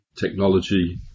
technology